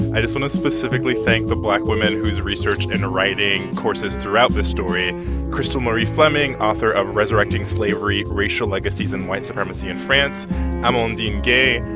i just want to specifically thank the black women whose research into writing courses throughout this story crystal marie fleming, author of resurrecting slavery racial legacies and white supremacy in france amandine gay,